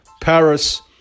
Paris